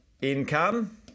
income